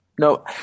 No